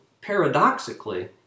paradoxically